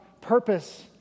purpose